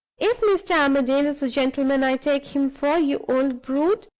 if mr. armadale is the gentleman i take him for, you old brute!